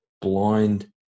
blind